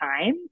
time